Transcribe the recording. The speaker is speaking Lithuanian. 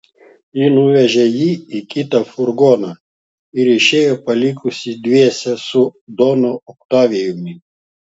ji nuvežė jį į kitą furgoną ir išėjo palikusi dviese su donu otavijumi